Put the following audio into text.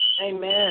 Amen